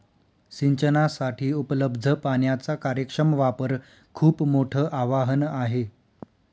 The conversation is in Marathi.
सिंचनासाठी उपलब्ध पाण्याचा कार्यक्षम वापर खूप मोठं आवाहन आहे